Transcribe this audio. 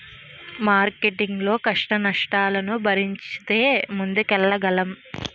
marketing లో కష్టనష్టాలను భరించితే ముందుకెళ్లగలం